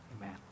Amen